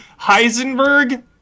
Heisenberg